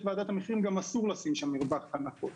וועדת המחירים גם אסור לשים שם מרווח להנחות.